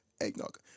eggnog